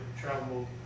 travel